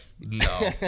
No